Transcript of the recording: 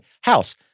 House